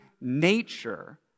nature